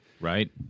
right